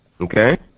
okay